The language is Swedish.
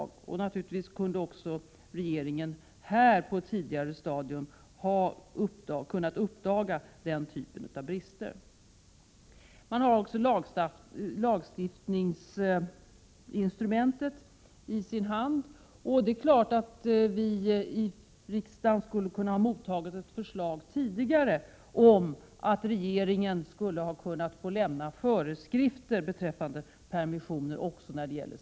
Regeringen borde naturligtvis också här på ett tidigare stadium ha kunnat uppmärksamma denna typ av brister. Regeringen har också lagstiftningsinstrumentet i sin hand. Det är klart att vi i riksdagen långt tidigare skulle ha kunnat ta emot ett förslag om att regeringen skall få utfärda föreskrifter beträffande permissioner också i fråga om spioner.